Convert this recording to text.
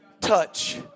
touch